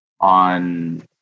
on